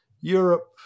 Europe